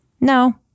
No